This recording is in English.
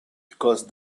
because